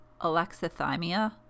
alexithymia